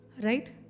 Right